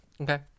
Okay